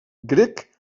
grec